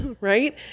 right